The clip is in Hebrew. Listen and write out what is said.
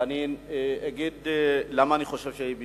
ואני אגיד למה אני חושב שהיא במקומה.